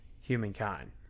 humankind